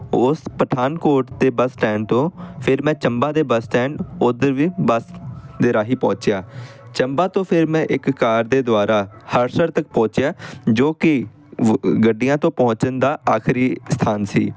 ਉਸ ਪਠਾਨਕੋਟ 'ਤੇ bus stand ਤੋਂ ਫਿਰ ਮੈਂ ਚੰਬਾ ਦੇ ਬਸ ਸਟੈਂਡ ਉੱਧਰ ਵੀ ਬਸ ਦੇ ਰਾਹੀਂ ਪਹੁੰਚਿਆ ਚੰਬਾ ਤੋਂ ਫਿਰ ਮੈਂ ਇੱਕ ਕਾਰ ਦੇ ਦੁਆਰਾ ਹਰਸਰਤ ਪਹੁੰਚਿਆ ਜੋ ਕਿ ਵ ਗੱਡੀਆਂ ਤੋਂ ਪਹੁੰਚਣ ਦਾ ਆਖਰੀ ਸਥਾਨ ਸੀ